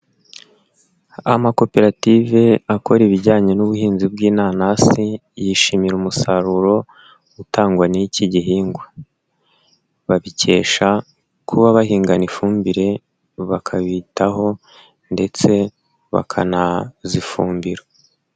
Amakoperative akora ibijyanye n'ubuhinzi bw'inanasi, yishimira umusaruro utangwa n'iki gihingwa, babikesha kuba bahingana ifumbire bakabitaho ndetse bakanazifumbira.